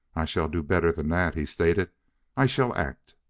i shall do better than that, he stated i shall act.